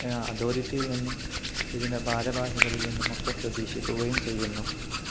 അതോറിറ്റിയിൽ നിന്നും ഇതിൻ്റെ ഭാരവാഹികളിൽ നിന്നുമൊക്കെ പ്രതീക്ഷിക്കുകയും ചെയ്യുന്നു